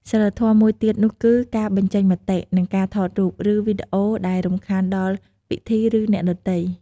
សីលធម៌មួយទៀតនោះគឺ ការបញ្ចេញមតិ និងការថតរូប ឬវីដេអូដែលរំខានដល់ពិធី ឬអ្នកដទៃ។